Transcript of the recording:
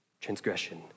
transgression